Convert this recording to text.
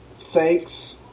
Thanks